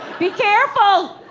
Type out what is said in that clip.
be careful!